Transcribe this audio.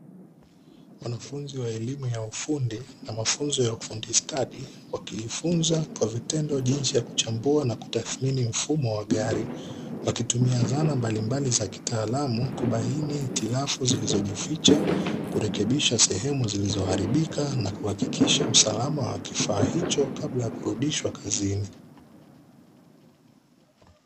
Wanafunzi wa elimu ya ufundi na mafunzo ya ufundi stadi wakijifunza kwa vitendo jinsi ya kuchambua na kutathmini mfumo wa gari, wakitumia zana mbalimbali za kitaalamu kubaini hitilafu zilizojificha, kurekebisha sehemu zilizo haribika na kuhakikisha usalama wa kifaa hicho kabla ya kurudishwa kazini.